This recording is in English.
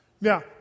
Now